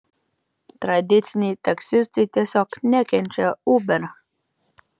tradiciniai taksistai tiesiog nekenčia uber